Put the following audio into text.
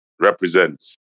represents